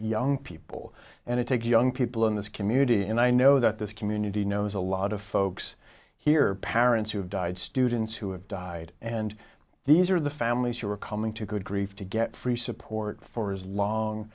young people and it takes young people in this community and i know that this community knows a lot of folks here parents who have died students who have died and these are the families who are coming to good grief to get free support for as long